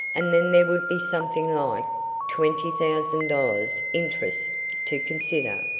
and then there would be something like twenty thousand dollars interest to consider.